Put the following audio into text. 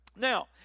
Now